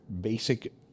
basic